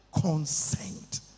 consent